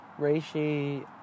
Reishi